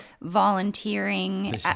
volunteering